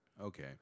Okay